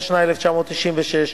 התשנ"ו 1996,